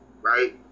right